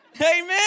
Amen